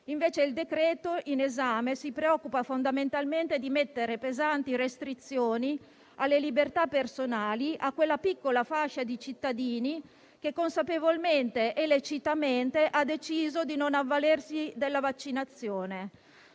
invece il decreto-legge in esame si preoccupa fondamentalmente di mettere pesanti restrizioni alle libertà personali a quella piccola fascia di cittadini che consapevolmente e lecitamente ha deciso di non avvalersi della vaccinazione.